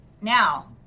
now